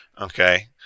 Okay